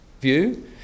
view